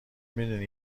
میدونی